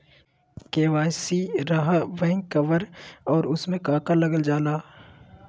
KYC रहा back cover और उसमें का का लागल जाला?